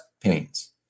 pains